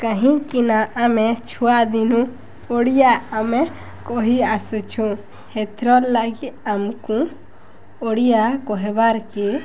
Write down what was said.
କାହିଁକିନା ଆମେ ଛୁଆଦିନୁ ଓଡ଼ିଆ ଆମେ କହିଆସୁଛୁଁ ହେଥିରର୍ଲାଗି ଆମ୍କୁ ଓଡ଼ିଆ କହେବାର୍କେ